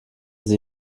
sie